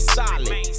solid